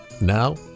Now